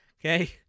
Okay